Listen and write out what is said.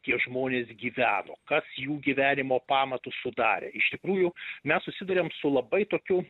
tie žmonės gyveno kas jų gyvenimo pamatus sudarė iš tikrųjų mes susiduriam su labai tokiu